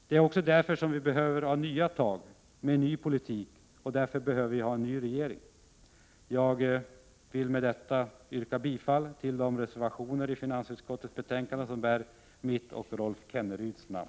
Det är också därför som vi behöver ta nya tag med en ny politik och det är därför vi behöver ha en ny regering. Jag vill med detta yrka bifall till de reservationer i finansutskottets betänkande som bär mitt och Rolf Kenneryds namn.